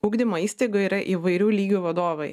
ugdymo įstaigoj yra įvairių lygių vadovai